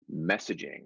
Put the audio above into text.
messaging